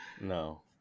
No